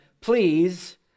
Please